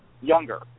younger